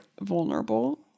vulnerable